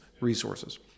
resources